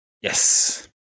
Yes